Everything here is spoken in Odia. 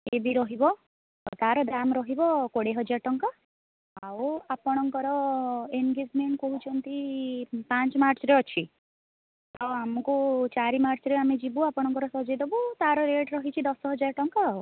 ବି ରହିବ ଆଉ ତା'ର ଦାମ୍ ରହିବ କୋଡ଼ିଏ ହଜାର୍ ଟଙ୍କା ଆଉ ଆପଣଙ୍କର ଏନ୍ଗେଜ୍ମେଣ୍ଟ୍ କହୁଛନ୍ତି ପାଞ୍ଚ ମାର୍ଚ୍ଚ୍ରେ ଅଛି ଆଉ ଆମକୁ ଚାରି ମାର୍ଚ୍ଚ୍ରେ ଆମେ ଯିବୁ ଆପଣଙ୍କର ସଜେଇ ଦବୁ ତା'ର ରେଟ୍ ରହିଛି ଦଶ ହଜାର ଟଙ୍କା ଆଉ